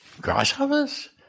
grasshoppers